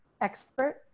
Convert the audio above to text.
expert